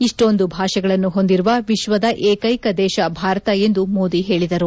ಇಷ್ಸೊಂದು ಭಾಷೆಗಳನ್ನು ಹೊಂದಿರುವ ವಿಶ್ಲದ ಏಕ್ವೆಕ ದೇಶ ಭಾರತ ಎಂದು ಮೋದಿ ಹೇಳಿದರು